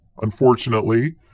Unfortunately